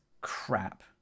crap